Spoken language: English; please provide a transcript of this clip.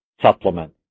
supplement